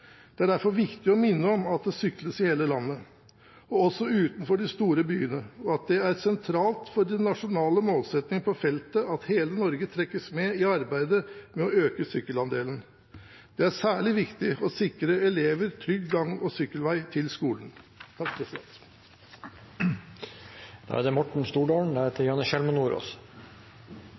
Det er derfor viktig å minne om at det sykles i hele landet, også utenfor de store byene, og at det er sentralt for de nasjonale målsettingene på feltet at hele Norge trekkes med i arbeidet med å øke sykkelandelen. Det er særlig viktig å sikre elever en trygg gang- og sykkelvei til skolen.